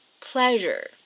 pleasure